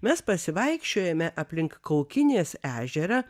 mes pasivaikščiojome aplink kaukinės ežerą